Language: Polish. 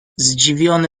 zdziwiony